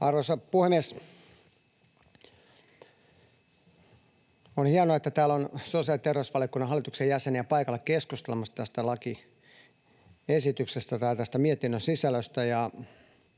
Arvoisa puhemies! On hienoa, että täällä on sosiaali- ja terveysvaliokunnan hallitusjäseniä paikalla keskustelemassa tämän mietinnön sisällöstä,